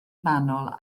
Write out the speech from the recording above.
manwl